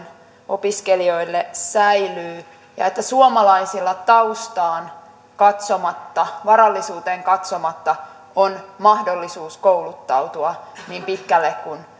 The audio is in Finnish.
opiskelijoille säilyy ja että suomalaisilla taustaan katsomatta varallisuuteen katsomatta on mahdollisuus kouluttautua niin pitkälle kuin